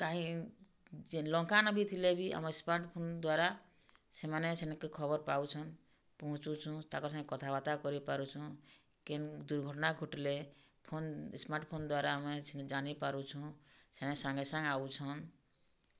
କାହିଁ ଶ୍ରୀଲଙ୍କାନ ବି ଥିଲେ ବି ଆମ ସ୍ମାର୍ଟ୍ଫୋନ୍ ଦ୍ୱାରା ସେମାନେ ସେନ୍କେ ଖବର୍ ପାଉଛନ୍ ପହଞ୍ଚୁଛୁଁ ତାଙ୍କର୍ ସାଙ୍ଗେ କଥାବାର୍ତ୍ତା କରିପାରୁଛୁଁ କେନ୍ ଦୁର୍ଘଟଣା ଘଟ୍ଲେ ଫୋନ୍ ସ୍ମାର୍ଟ୍ଫୋନ୍ ଦ୍ୱାରା ଆମେ ଜାନିପାରୁଛୁଁ ସେନେ ସାଙ୍ଗେ ସାଙ୍ଗ୍ ଆଉଛନ୍